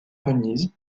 venise